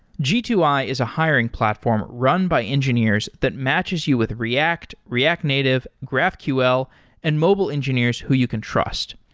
g two i is a hiring platform run by engineers that matches you with react, react native, graphql and mobile engineers who you can trust.